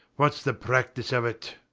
whats the practice of it?